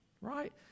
right